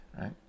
right